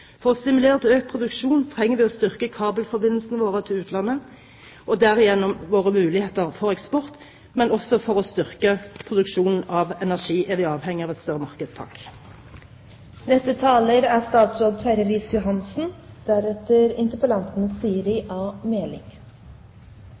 For å stimulere til økt produksjon trenger vi å styrke kabelforbindelsene våre til utlandet og derigjennom våre muligheter for eksport, men også for å styrke produksjonen av energi er vi avhengig av et større marked. Først vil jeg takke interpellanten